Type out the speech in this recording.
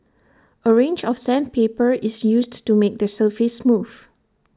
A range of sandpaper is used to make the surface smooth